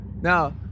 Now